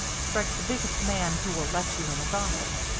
strike the biggest man who will let you in his office.